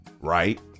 Right